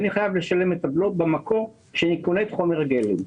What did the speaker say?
אני חייב לשלם את הבלו במקום כשאני קונה את חומר הגלם.